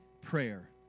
prayer